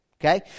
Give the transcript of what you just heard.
Okay